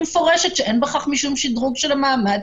מפורשת שאין בכך משום שדרוג של המעמד,